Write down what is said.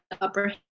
upper